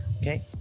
okay